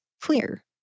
clear